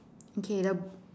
okay the